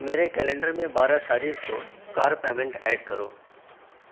میرے کیلنڈر میں بارہ تاریخ کو کار پیمنٹ ایڈ کرو